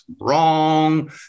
wrong